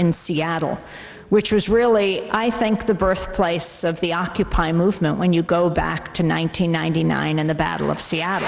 in seattle which was really i think the birthplace of the occupy movement when you go back to one nine hundred ninety nine in the battle of seattle